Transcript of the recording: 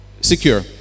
secure